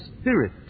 spirit